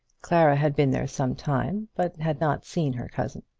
clara had been there some time, but had not seen her cousin.